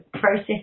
process